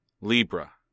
Libra